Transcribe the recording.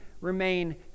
remain